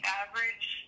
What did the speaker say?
average